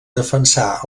defensà